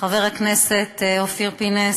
חבר הכנסת אופיר פינס,